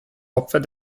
opfer